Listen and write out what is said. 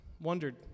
wondered